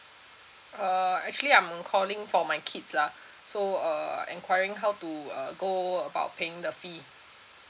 uh actually I'm calling for my kids lah so uh enquiring how to uh go about paying the fee